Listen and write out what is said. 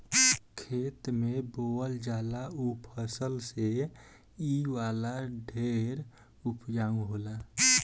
खेत में बोअल जाला ऊ फसल से इ वाला ढेर उपजाउ होला